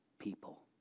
people